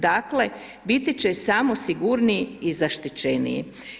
Dakle, biti će samo sigurniji i zaštićeniji.